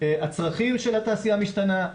הצרכים של התעשייה משתנה.